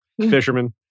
fisherman